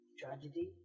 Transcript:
tragedy